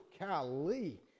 golly